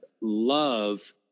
love